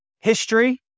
history